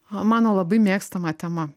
mano labai mėgstama tema